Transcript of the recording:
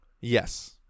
Yes